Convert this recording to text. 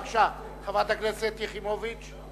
בבקשה, חברת הכנסת יחימוביץ.